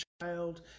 child